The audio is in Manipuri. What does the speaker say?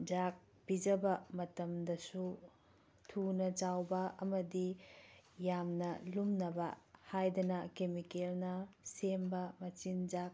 ꯃꯆꯤꯟꯖꯥꯛ ꯄꯤꯖꯕ ꯃꯇꯝꯗꯁꯨ ꯊꯨꯅ ꯆꯥꯎꯕ ꯑꯃꯗꯤ ꯌꯥꯝꯅ ꯂꯨꯝꯅꯕ ꯍꯥꯏꯗꯅ ꯀꯦꯃꯤꯀꯦꯜꯅ ꯁꯦꯝꯕ ꯃꯆꯤꯟꯖꯥꯛ